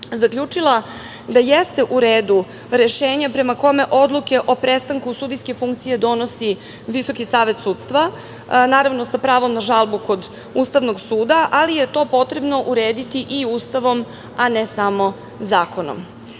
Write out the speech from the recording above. zaključila da jeste u redu rešenje prema kome odluke o prestanku sudijske funkcije donosi Visoki savet sudstva, naravno sa pravom na žalbu kod Ustavnog suda, ali je to potrebno urediti i Ustavom, a ne samo zakonom. Dalje,